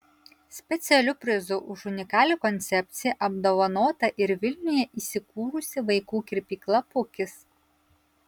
specialiu prizu už unikalią koncepciją apdovanota ir vilniuje įsikūrusi vaikų kirpykla pukis